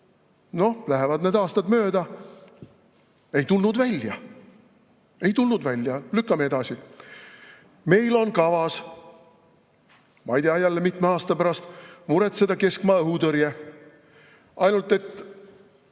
Lähevad need aastad mööda – ei tulnud välja. Ei tulnud välja, lükkame edasi. Meil on kavas ma ei tea mitme aasta pärast muretseda keskmaa-õhutõrje. Ainult et